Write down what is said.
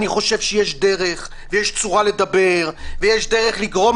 אני חושב שיש דרך ויש צורה לדבר ויש דרך לגרום